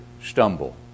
stumble